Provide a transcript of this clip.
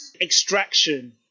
Extraction